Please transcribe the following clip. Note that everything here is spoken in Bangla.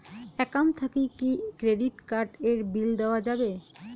একাউন্ট থাকি কি ক্রেডিট কার্ড এর বিল দেওয়া যাবে?